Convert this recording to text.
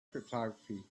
cryptography